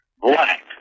Black